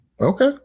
Okay